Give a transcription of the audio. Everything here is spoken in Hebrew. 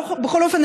בכל אופן,